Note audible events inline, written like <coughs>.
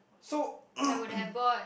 so <coughs>